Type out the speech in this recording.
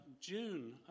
june